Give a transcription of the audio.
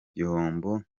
gihombo